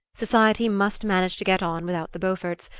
society must manage to get on without the beauforts,